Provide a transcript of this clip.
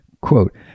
Quote